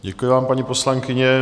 Děkuji vám, paní poslankyně.